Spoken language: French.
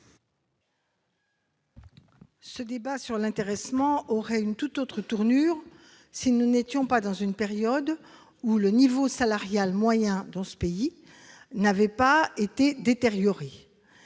Ce débat sur l'intéressement aurait pris une tout autre tournure si nous n'étions pas dans une période où le niveau salarial moyen dans ce pays n'était pas si détérioré,